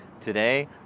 Today